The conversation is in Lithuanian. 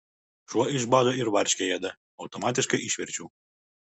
šuo iš bado ir varškę ėda automatiškai išverčiau